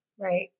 Right